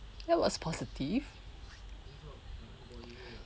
that was positive